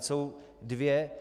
Jsou dvě.